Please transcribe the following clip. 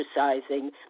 exercising